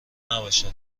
نباشد